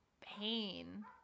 pain